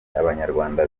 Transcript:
abanyarwanda